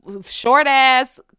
short-ass